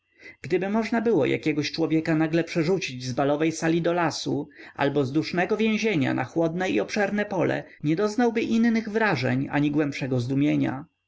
gdyby można było jakiegoś człowieka nagle przerzucić z balowej sali do lasu albo z dusznego więzienia na chłodne i obszerne pole nie doznałby innych wrażeń ani głębszego zdumienia